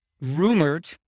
rumored